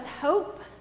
hope